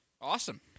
Awesome